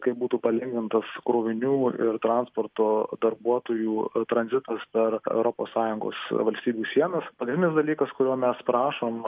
kaip būtų palengvintos krovinių ir transporto darbuotojų tranzitas per europos sąjungos valstybių sienas pagrindinis dalykas kurio mes prašom